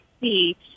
see